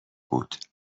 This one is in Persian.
بود